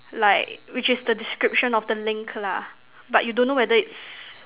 like which is the description of the link lah but you don't know whether its